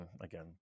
again